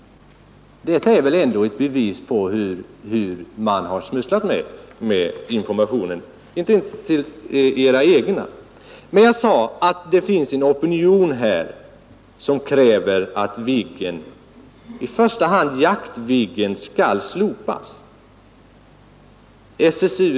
Det är väl ändå ett bevis för hur man smusslat med informationen — inte ens till era egna har den nått. Det finns en opinion, sade jag, som kräver att Viggen, i första hand Jaktviggen, skall slopas.